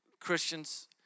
Christians